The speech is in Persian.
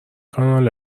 کانال